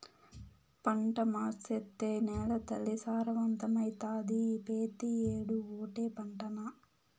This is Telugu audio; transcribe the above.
పంట మార్సేత్తే నేలతల్లి సారవంతమైతాది, పెతీ ఏడూ ఓటే పంటనా